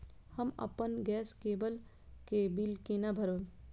हम अपन गैस केवल के बिल केना भरब?